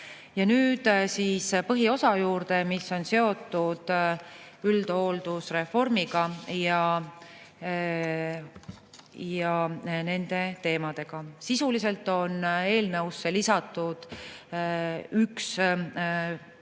Nüüd siis põhiosa juurde, mis on seotud üldhooldusreformiga ja nende teemadega. Sisuliselt on eelnõusse lisatud üks teenust